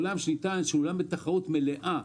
הוא עולם בתחרות מלאה.